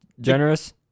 Generous